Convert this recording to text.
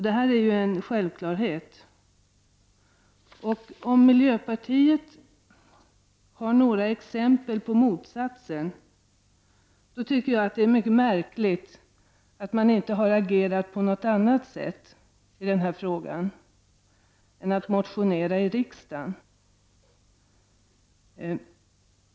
Det är en självklarhet. Om miljöpartiet har exempel på motsatsen, så tycker jag att det är märkligt att man inte har agerat på annat sätt i den här frågan än genom att motionera i riksdägen.